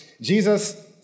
Jesus